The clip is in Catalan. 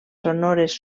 sonores